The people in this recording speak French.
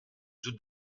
doute